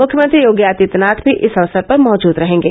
मुख्यमंत्री योगी आदित्यनाथ भी इस अवसर पर मौजूद रहेंगे